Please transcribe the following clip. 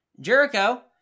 Jericho